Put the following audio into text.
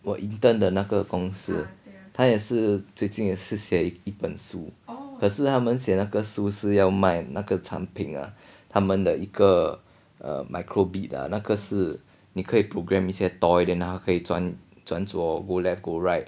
我 intern 的那个公司他也是最近也是写一本书可是他们写那个书是要卖那个产品啊他们的一个 micro bit ah 那个是你可以 program 一些 toy then 它可以转转左 go left go right